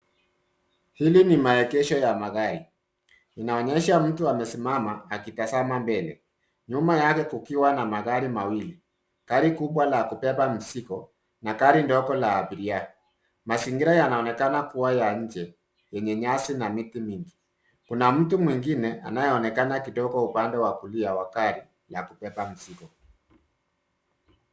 Hili ni maegesho ya magari inaonyesha mtu amesimama akitazama mbele, nyuma yake kukiwa na magari mawili gari kubwa ya kubeba mzigo na gari ndogo ya abiria .Mazingira yanaonekana kuwa ya nje yenye nyasi na miti mingi. kuna mtu mwingine anayeonekana akitoka upande wa kulia wa gari la kubeba mzigo.